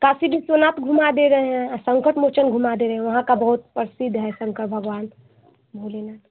काशी विश्वनाथ घुमा दे रहे हैं और संकट मोचन घुमा दे रहे हैं वहाँ का बहुत प्रसिद्ध है शंकर भगवान भोलेनाथ